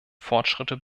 fortschritte